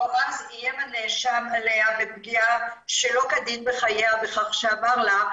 אז איים הנאשם עליה בפגיעה שלא כדין בחייה בכך שאמר לה,